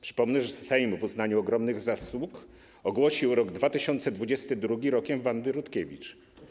Przypomnę, że Sejm w uznaniu ogromnych zasług ogłosił rok 2022 Rokiem Wandy Rutkiewicz.